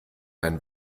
ein